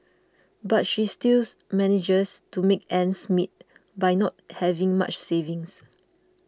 but she stills manages to make ends meet by not having much savings